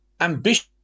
ambition